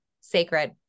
sacred